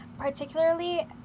particularly